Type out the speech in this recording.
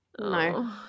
No